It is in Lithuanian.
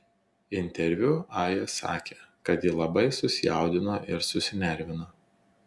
interviu aja sakė kad ji labai susijaudino ir susinervino